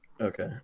Okay